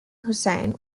hussain